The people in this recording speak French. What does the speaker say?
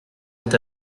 est